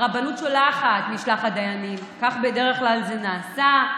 הרבנות שולחת משלחת דיינים, כך בדרך כלל זה נעשה,